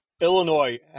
Illinois